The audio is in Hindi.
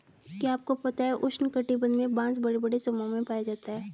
क्या आपको पता है उष्ण कटिबंध में बाँस बड़े बड़े समूहों में पाया जाता है?